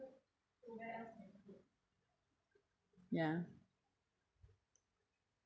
ya